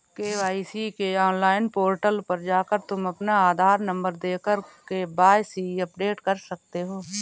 KYC के online portal पर जाकर तुम अपना आधार नंबर देकर के.वाय.सी अपडेट कर सकते हो